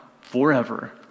forever